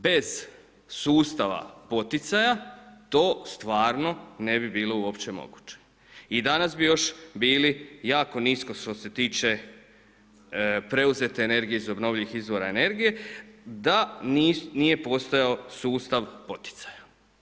Bez sustava poticaja to stvarno ne bi bilo uopće moguće, i danas bi još bili jako nisko što se tiče preuzete energije iz obnovljivih izvora energije, da nije postojao sustav poticaja.